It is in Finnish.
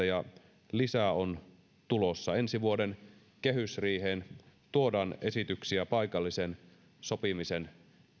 ja lisää on tulossa ensi vuoden kehysriiheen tuodaan esityksiä paikallisen sopimisen